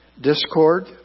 Discord